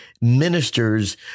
ministers